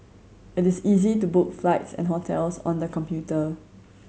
it is easy to book flights and hotels on the computer